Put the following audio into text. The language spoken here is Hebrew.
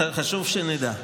חשוב שנדע.